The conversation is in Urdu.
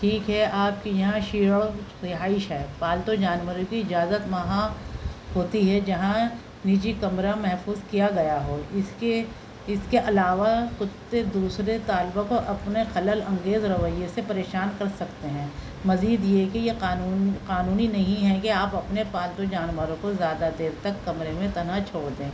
ٹھیک ہے آپ کی یہاں شیروں رہائش ہے پالتو جانوروں کی اجازت وہاں ہوتی ہے جہاں نجی کمرہ محفوظ کیا گیا ہو اس کے اس کے علاوہ کتے دوسرے طالبہ کو اپنے خلل انگیز روئیے سے پریشان کر سکتے ہیں مزید یہ کہ یہ قانون قانونی نہیں ہے کہ آپ اپنے پالتو جانوروں کو زیادہ دیر تک کمرے میں تنہا چھوڑ دیں